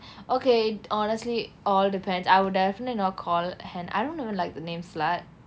okay honestly all depends I will definitely not call hann~ I don't even like the name slut